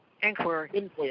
Inquiry